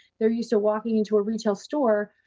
they're used to walking into a retail store,